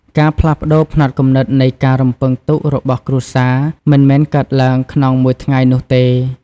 ការផ្លាស់ប្តូរផ្នត់គំនិតនៃការរំពឹងទុករបស់គ្រួសារ មិនមែនកើតឡើងក្នុងមួយថ្ងៃនោះទេ។